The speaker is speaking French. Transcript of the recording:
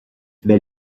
mais